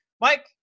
mike